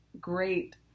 great